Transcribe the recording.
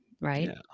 right